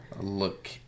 look